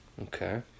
Okay